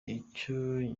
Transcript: icyo